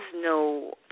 no